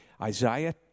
Isaiah